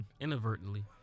inadvertently